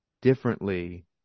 differently